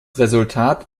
resultat